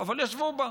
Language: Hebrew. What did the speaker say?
אבל ישבו בה.